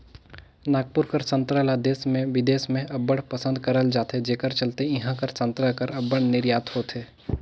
नागपुर कर संतरा ल देस में बिदेस में अब्बड़ पसंद करल जाथे जेकर चलते इहां कर संतरा कर अब्बड़ निरयात होथे